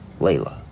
Layla